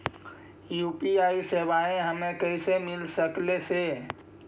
UPI सेवाएं कैसे हमें मिल सकले से?